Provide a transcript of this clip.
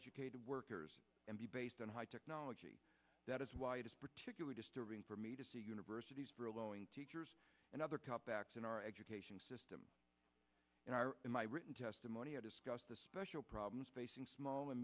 educated workers and be based on high technology that is why it is particular disturbing for me to see universities furloughing teachers and other top backs in our education system and i in my written testimony i discuss the special problems facing small